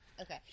Okay